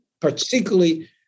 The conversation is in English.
particularly